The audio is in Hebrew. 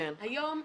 היום,